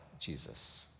Jesus